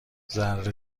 ذره